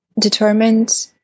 determined